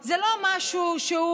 היום,